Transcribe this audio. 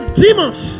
demons